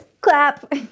Clap